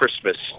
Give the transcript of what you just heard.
Christmas